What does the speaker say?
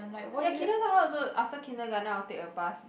ya kindergarten also after kindergarten I'll take a bus